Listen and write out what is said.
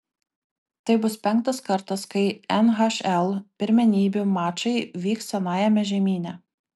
tai bus penktas kartas kai nhl pirmenybių mačai vyks senajame žemyne